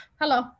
Hello